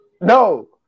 No